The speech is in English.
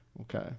Okay